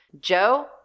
Joe